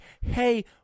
hey